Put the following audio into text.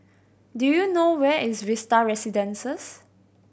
do you know where is Vista Residences